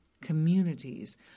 communities